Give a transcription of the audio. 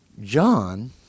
John